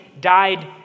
died